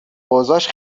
اوضاش